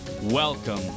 Welcome